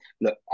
look